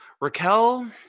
raquel